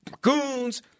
Goons